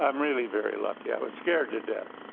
um really very lucky. i was scared to death.